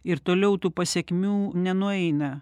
ir toliau tų pasekmių nenueina